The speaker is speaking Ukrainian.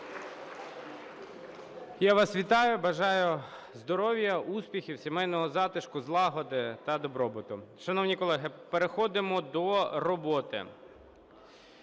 Я вас вітаю, бажаю здоров'я, успіхів, сімейного затишку, злагоди та добробуту. Шановні колеги, переходимо до роботи.